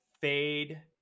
fade